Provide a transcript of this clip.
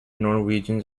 norwegians